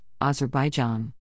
Azerbaijan